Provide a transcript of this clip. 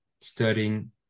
studying